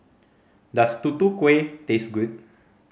does Tutu Kueh taste good